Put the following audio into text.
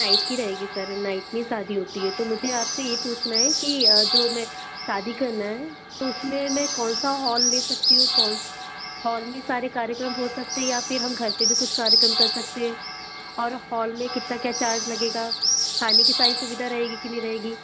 night की रहेगी sir night में ही शादी होती है तो मुझे आपसे यह पूछना है कि जो में शादी करना है तो इसमें मैं कौन सा हॉल ले सकती हूँ कौन हॉल में ही सारे कार्यक्रम हो सकते या फिर हम घर पर भी कुछ कार्यक्रम कर सकते हे और हॉल में कितना क्या चार्ज लगेगा खाने की सारी सुविधा रहेगी कि नहीं रहेगी